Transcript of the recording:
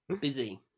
busy